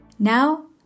Now